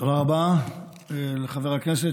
תודה רבה לחבר הכנסת,